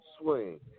swing